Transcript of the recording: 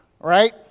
right